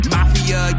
Mafia